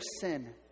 sin